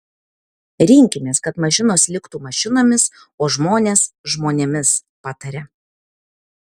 rinkimės kad mašinos liktų mašinomis o žmonės žmonėmis pataria